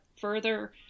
further